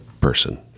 person